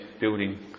building